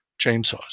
chainsaws